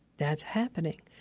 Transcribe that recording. that's happening.